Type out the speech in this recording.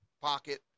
pocket